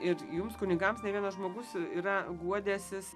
ir jums kunigams ne vienas žmogus yra guodęsis